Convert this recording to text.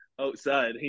outside